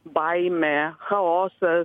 baimė chaosas